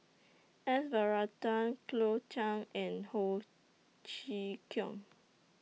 S Varathan Cleo Thang and Ho Chee Kong